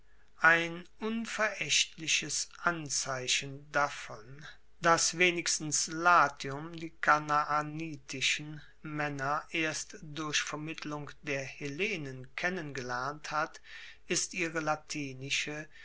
ein unveraechtliches anzeichen davon dass wenigstens latium die kanaanitischen maenner erst durch vermittlung der hellenen kennengelernt hat ist ihre